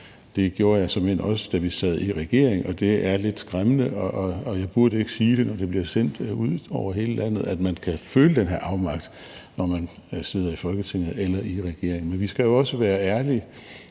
Det gjorde jeg såmænd også, da vi sad i regering, og det er lidt skræmmende. Og jeg burde ikke sige det, når det bliver sendt ud over hele landet, at man kan føle den her afmagt, når man sidder i Folketinget eller i regering. Men vi skal jo også være ærlige,